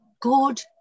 good